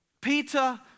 Peter